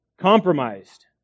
compromised